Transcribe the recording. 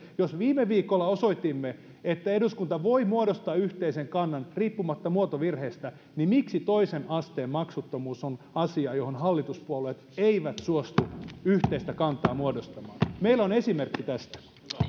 jos viime viikolla osoitimme että eduskunta voi muodostaa yhteisen kannan riippumatta muotovirheestä niin miksi toisen asteen maksuttomuus on asia jossa hallituspuolueet eivät suostu yhteistä kantaa muodostamaan meillä on esimerkki tästä